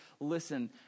listen